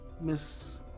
Miss